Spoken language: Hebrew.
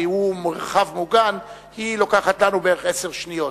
שהיא מרחב מוגן, זה לוקח לנו בערך עשר שניות.